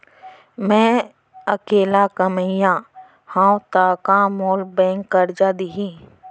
मैं अकेल्ला कमईया हव त का मोल बैंक करजा दिही?